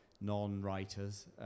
non-writers